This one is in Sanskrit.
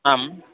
आम्